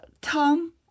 Tom